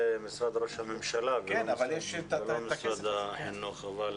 משרד ראש הממשלה ולא על ידי משרד החינוך.